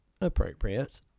appropriate